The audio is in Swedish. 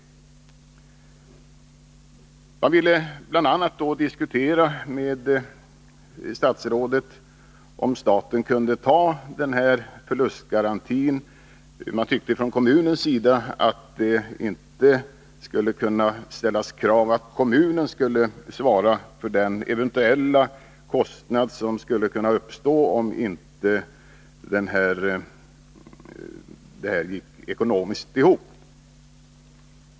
Kommunens företrädare ville bl.a. diskutera med statsrådet huruvida staten kunde svara för förlustgarantin. Man tyckte från kommunens sida att det inte skulle kunna ställas krav på att kommunen skulle svara för den eventuella kostnad som skulle kunna uppstå om det hela inte gick ihop ekonomiskt.